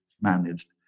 managed